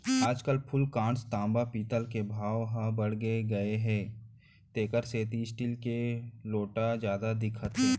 आज फूलकांस, तांबा, पीतल के भाव ह बाड़गे गए हे तेकर सेती स्टील के लोटा जादा दिखत हे